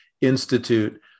Institute